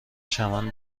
چمن